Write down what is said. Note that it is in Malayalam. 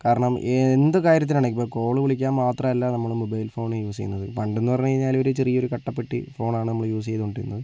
കാരണം എന്ത് കാര്യത്തിനാണെങ്കിലും ഇപ്പോൾ കോൾ വിളിക്കാൻ മാത്രമല്ല നമ്മള് മൊബൈൽ ഫോൺ യൂസ് ചെയ്യുന്നത് പണ്ടെന്ന് പറഞ്ഞ് കഴിഞ്ഞാല് ഒരു ചെറിയ ഒരു കട്ടപ്പെട്ടി ഫോണാണ് നമ്മൾ യൂസ് ചെയ്തുകൊണ്ടിരുന്നത്